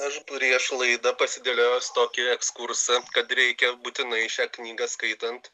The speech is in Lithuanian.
aš prieš laidą pasidėliojęs tokį ekskursą kad reikia būtinai šią knygą skaitant